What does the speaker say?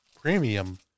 premium